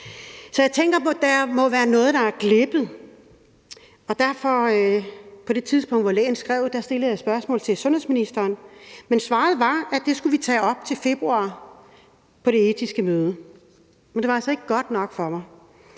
Så jeg tænker, at der må være noget, der er glippet, og derfor stillede jeg på det tidspunkt, hvor lægen skrev til os, et spørgsmål til sundhedsministeren, men svaret var, at det skulle vi tage op på det etiske møde i februar. Men det var altså ikke godt nok for mig.